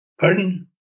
Pardon